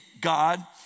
God